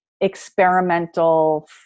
experimental